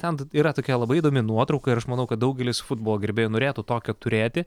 ten yra tokia labai įdomi nuotrauka ir aš manau kad daugelis futbolo gerbėjų norėtų tokią turėti